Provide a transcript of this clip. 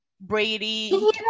brady